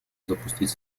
запустить